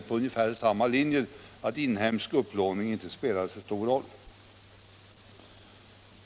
i dag inne på samma linje, alltså att inhemsk upplåning inte spelar så stor roll.